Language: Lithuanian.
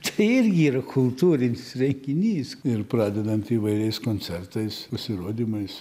tai irgi yra kultūrinis renginys ir pradedant įvairiais koncertais pasirodymais